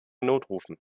notrufen